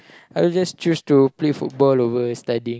I will just choose to play football over studying